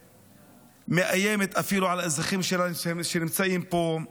ואפילו מאיימת על אזרחים שלה שנמצאים פה.